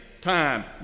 time